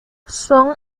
son